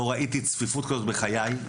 לא ראיתי צפיפות כזו בחיי.